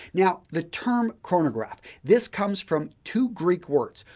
now, the term chronograph, this comes from two greek words,